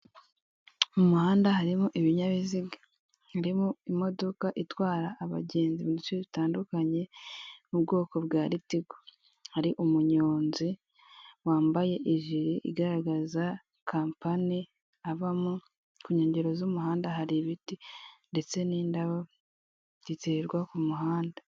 Mu muhanda harimo ibinyabiziga, harimo imodoka itwara abagenzi mu duce dutandukanye yo mu bwoko bwa Litiko. Hari umunyonzi wambaye ijire igaragaza kampani abamo, ku nkengero z'umuhanda hari ibiti ndetse n'indabo ziterwa ku muhanda.